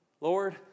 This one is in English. Lord